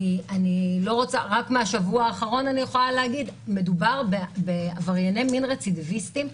רק בשבוע האחרון אני יכולה להגיד שמדובר בעברייני מין רצידיוויסטים,